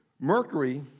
Mercury